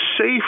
safe